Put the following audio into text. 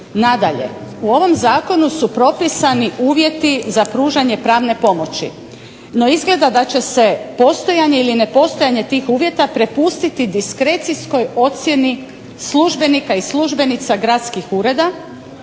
Nadalje, u ovom Zakonu su propisani uvjeti za pružanje pravne pomoći. No, izgleda da će se postojanje ili nepostojanje tih uvjeta prepustiti diskrecijskoj ocjeni službenika i službenica gradskih ureda,